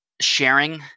sharing